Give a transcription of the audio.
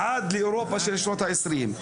ועד לאירופה של שנות העשרים,